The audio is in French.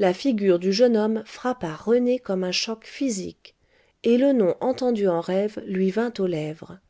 la figure du jeune homme frappa rené comme un choc physique et le nom entendu en rêve lui vint aux lèvres